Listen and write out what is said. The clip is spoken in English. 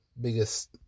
biggest